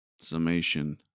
summation